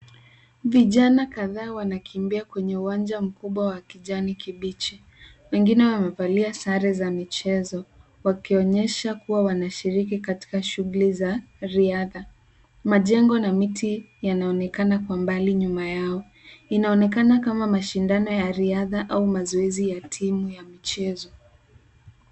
Vijana kadhaa wanakimbia kwenye uwanja mkubwa wa kijani kibichi. Wengine wamevalia sare za michezo, wakionyesha kuwa wanashiriki katika shughuli za riadha. Majengo na miti yanaonekana kwa mbali nyuma yao. Inaonekana kama mashindano ya riadha ama mazoezi ya timu ya michezo.